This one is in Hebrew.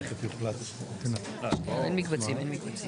אין מקבצים.